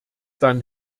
dann